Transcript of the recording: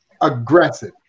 aggressive